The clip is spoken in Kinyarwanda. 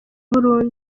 burundu